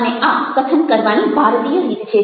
અને આ કથન કરવાની ભારતીય રીત છે